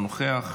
אינו נוכח,